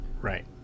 Right